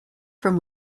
from